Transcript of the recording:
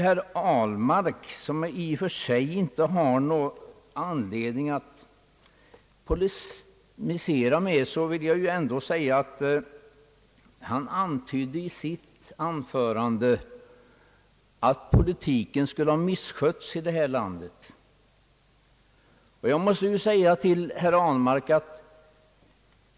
Herr Ahlmark, som jag i och för sig inte har någon anledning att polemisera mot, antydde i sitt anförande att politiken skulle ha misskötts i detta land.